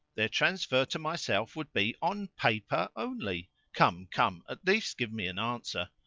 their transfer to myself would be on paper only. come, come! at least give me an answer.